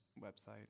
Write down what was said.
website